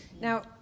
now